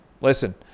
Listen